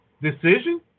decision